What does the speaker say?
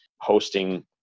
hosting